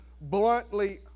bluntly